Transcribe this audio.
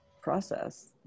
process